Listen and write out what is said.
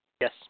Yes